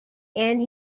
and